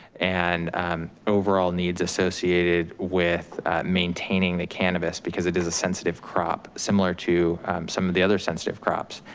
and overall needs associated with maintaining the cannabis because it is a sensitive crop similar to some of the other sensitive crops.